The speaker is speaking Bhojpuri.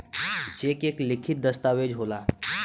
चेक एक लिखित दस्तावेज होला